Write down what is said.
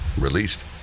released